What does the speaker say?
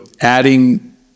adding